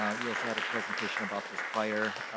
ah you also had a presentation about this prior,